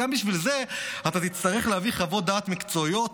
גם בשביל זה תצטרך להביא חוות דעת מקצועיות